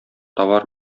товар